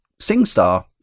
SingStar